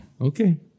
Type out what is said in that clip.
okay